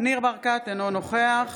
ניר ברקת, אינו נוכח